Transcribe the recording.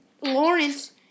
Lawrence